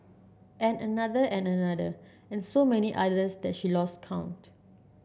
and another and another and so many others that she lost count